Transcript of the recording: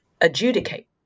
adjudicate